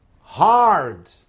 hard